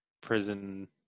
prison